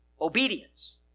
Obedience